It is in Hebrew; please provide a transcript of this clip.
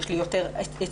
יש לי יותר היצע,